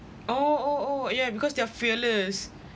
oh oh oh yeah because they're fearless